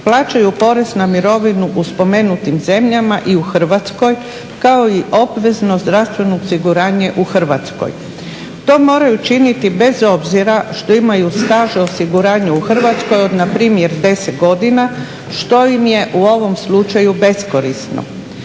plaćaju porez na mirovinu u spomenutim zemljama i u Hrvatskoj kao i obvezno zdravstveno osiguranje u Hrvatskoj. To moraju činiti bez obzira što imaju staž osiguranja u Hrvatskoj od npr. 10 godina što im je u ovom slučaju beskorisno.